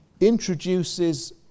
introduces